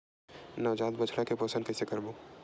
नवजात बछड़ा के पोषण कइसे करबो?